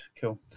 Cool